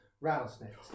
rattlesnakes